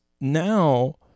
now